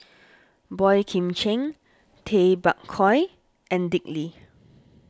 Boey Kim Cheng Tay Bak Koi and Dick Lee